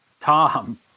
Tom